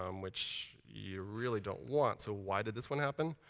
um which you really don't want. so why did this one happen?